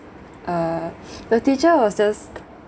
uh the teacher was just